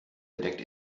bedeckt